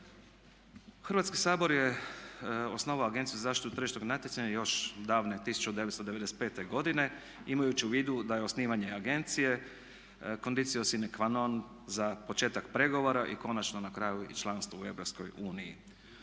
Hrvatski sabor je osnovao Agenciju za zaštitu tržišnog natjecanja još davne 1995. godine imajući u vidu da je osnivanje agencije Conditio sine qua non za početak pregovora i konačno na kraju i članstvo u EU.